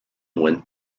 went